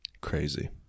Crazy